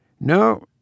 No